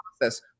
process